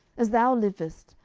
as thou livest,